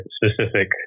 specific